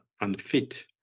unfit